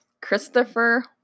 Christopher